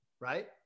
right